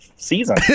season